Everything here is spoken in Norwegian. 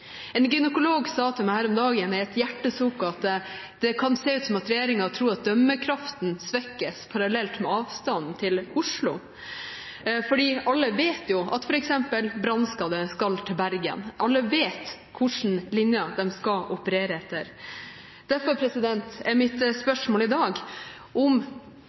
En gynekolog sa til meg, som et hjertesukk, her om dagen at det kan se ut som om regjeringen tror at dømmekraften svekkes parallelt med avstanden til Oslo, for alle vet at f.eks. brannskadde skal til Bergen, alle vet hvilken linje de skal operere etter. Derfor er mitt spørsmål i dag om